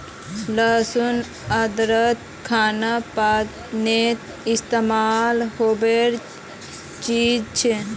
लहसुन भारतीय खान पानोत इस्तेमाल होबार चीज छे